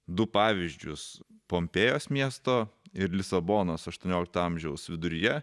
du pavyzdžius pompėjos miesto ir lisabonos aštuoniolikto amžiaus viduryje